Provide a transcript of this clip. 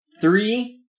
three